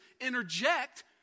interject